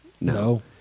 No